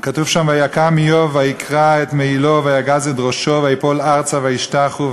כתוב שם: "ויקם איוב ויקרע את מעילו ויגז את ראשו ויפֹל ארצה וישתחו,